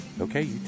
Okay